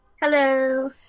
Hello